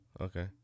Okay